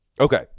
Okay